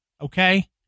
okay